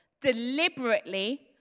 deliberately